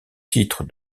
titre